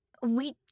We